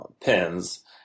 pins